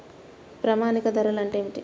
ప్రామాణిక ధరలు అంటే ఏమిటీ?